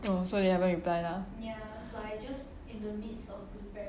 oh so they haven't reply ah